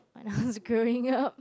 how's going up